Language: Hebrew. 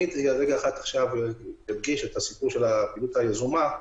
אדגיש את הפעילות היזומה,